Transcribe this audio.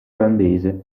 olandese